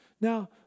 Now